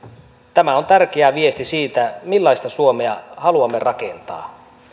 tämä on tärkeä viesti siitä millaista suomea haluamme rakentaa